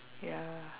ya